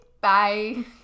Bye